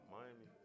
Miami